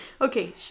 Okay